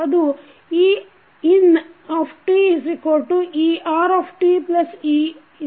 ಅದು einteRteC